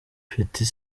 petit